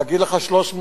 להגיד לך 300,